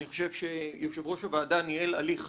אני חושב שיושב-ראש הוועדה ניהל הליך חפוז,